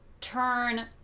turn